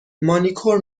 مانیکور